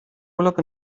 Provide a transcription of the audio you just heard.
urlaub